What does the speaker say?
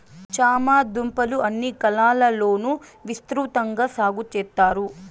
చామ దుంపలు అన్ని కాలాల లోనూ విసృతంగా సాగు చెత్తారు